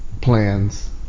plans